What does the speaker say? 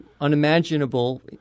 unimaginable